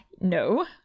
No